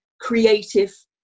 creative